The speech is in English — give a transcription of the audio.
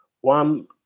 One